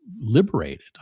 liberated